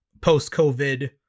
post-COVID